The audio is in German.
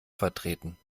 vertreten